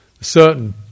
certain